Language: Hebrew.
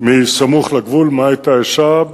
מסמוך לגבול, מעיתא-א-שעב,